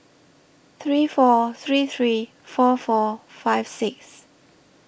three four three three four four five six